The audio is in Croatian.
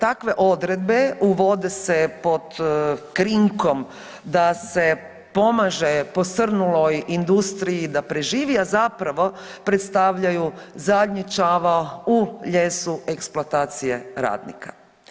Takve odredbe uvode se pod krinkom da se pomaže posrnuloj industriji da preživi, a zapravo predstavljaju zadnji čavao u lijesu eksploatacije radnike.